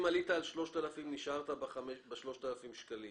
אם תעלה מעל ל-3,000 איש תישאר ב-3,000 שקלים.